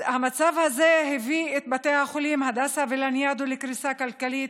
המצב הזה הביא את בתי החולים הדסה ולניאדו לקריסה כלכלית,